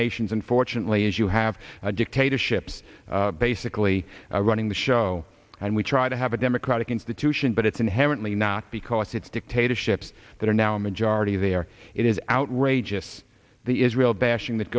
nations unfortunately is you have dictatorships basically running the show and we try to have a democratic institution but it's inherently not because it's dictatorships that are now a majority there it is outrageous the israel bashing that